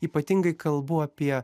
ypatingai kalbu apie